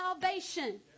salvation